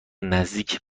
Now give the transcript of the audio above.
نزدیک